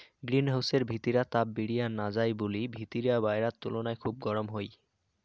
green হাউসর ভিতিরা তাপ বিরিয়া না যাই বুলি ভিতিরা বায়রার তুলুনায় খুব গরম হই